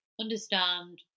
understand